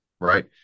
Right